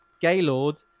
Gaylord